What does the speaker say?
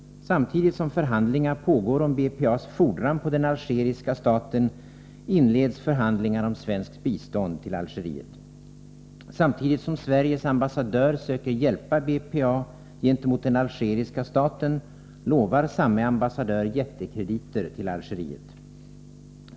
Samtidigt som förhandlingar pågår om BPA:s fordran på den algeriska staten inleds förhandlingar om svenskt bistånd till Algeriet. Samtidigt som Sveriges ambassadör söker hjälpa BPA gentemot den algeriska staten lovar samme ambassadör jättekrediter till Algeriet.